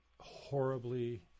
horribly